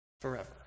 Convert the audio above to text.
forever